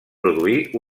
produir